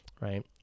Right